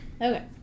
Okay